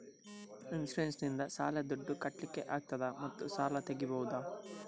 Insurance ನಿಂದ ಶಾಲೆಯ ದುಡ್ದು ಕಟ್ಲಿಕ್ಕೆ ಆಗ್ತದಾ ಮತ್ತು ಸಾಲ ತೆಗಿಬಹುದಾ?